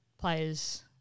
players